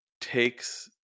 takes